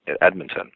Edmonton